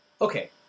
Okay